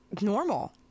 normal